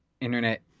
internet